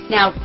Now